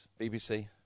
BBC